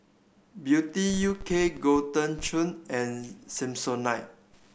Beauty U K Golden Churn and Samsonite